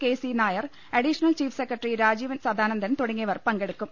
K C Nair additional chief secretary Rajeev Sadanandan തുടങ്ങിയവർ പങ്കെടുക്കും